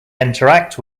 interact